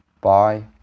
bye